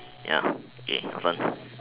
ya next one